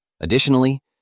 Additionally